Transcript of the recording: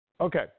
Okay